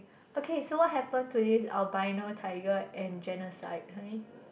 okay so what happen to this albino tiger and genocide honey